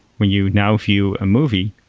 when you now view a movie,